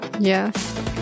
Yes